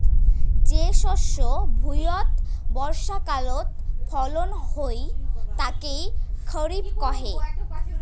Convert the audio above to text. যে শস্য ভুঁইয়ত বর্ষাকালত ফলন হই তাকে খরিফ কহে